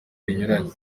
binyuranye